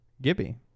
Gibby